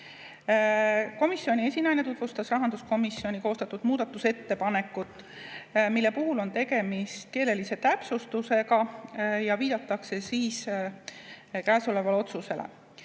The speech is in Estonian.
Komisjoni esinaine tutvustas rahanduskomisjoni koostatud muudatusettepanekut, mille puhul on tegemist keelelise täpsustusega ja kus viidatakse käesolevale otsusele. Eelnõu